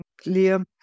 clear